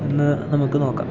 എന്ന് നമുക്ക് നോക്കാം